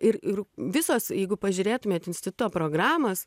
ir ir visos jeigu pažiūrėtumėt instito programos